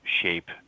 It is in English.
shape